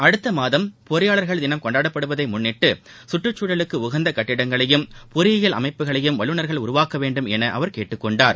அடுத்த மாதம் பொறியாளர்கள் தினம் கொண்டாடப்படுவதை முன்னிட்டு சுற்றுச்சூழலுக்கு உகந்த கட்டிடங்களையும் பொறியியல் அமைப்புகளையும் வல்லுநர்கள் உருவாக்க வேண்டும் என அவர் கேட்டுக்கொண்டார்